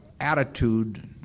attitude